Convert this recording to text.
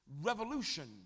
revolution